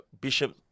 bishop